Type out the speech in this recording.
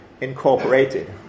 incorporated